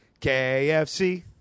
KFC